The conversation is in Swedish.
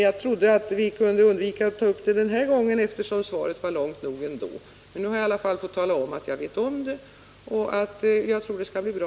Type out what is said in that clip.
Jag trodde att vi kunde undvika att ta upp frågan den här gången, eftersom svaret ändå var tillräckligt långt. Nu har jag i alla fall fått tala om att jag vet om hur det är och att jag tror att det skall bli bra.